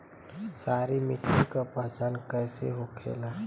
सारी मिट्टी का पहचान कैसे होखेला?